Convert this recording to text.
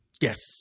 Yes